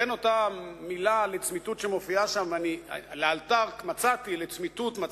את המלה "לאלתר" מצאתי, ואת